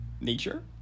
nature